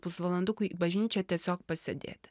pusvalandukui į bažnyčią tiesiog pasėdėti